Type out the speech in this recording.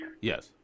Yes